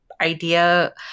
idea